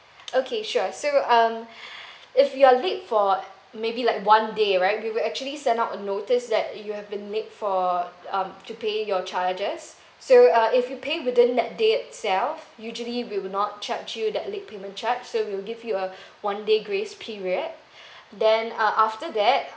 okay sure so um if you're late for maybe like one day right we will actually send out a notice that you have been late for um to pay your charges so uh if you pay within that day itself usually we will not charge you that late payment charge so we'll give you a one day grace period then uh after that